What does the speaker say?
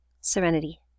serenity